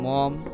Mom